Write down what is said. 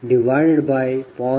35 0